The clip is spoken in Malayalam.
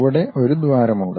ചുവടെ ഒരു ദ്വാരമുണ്ട്